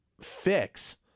fix